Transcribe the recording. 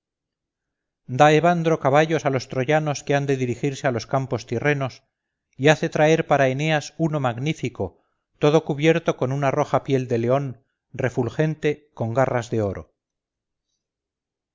da evandro caballos a los troyanos que han de dirigirse a los campos tirrenos y hace traer para eneas uno magnífico todo cubierto con una roja piel de león refulgente con garras de oro